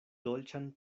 dolĉan